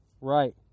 Right